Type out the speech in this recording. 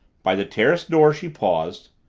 by the terrace door she paused,